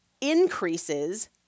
increases